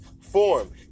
form